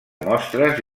mostres